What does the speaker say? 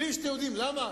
בלי שאתם יודעים למה,